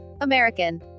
american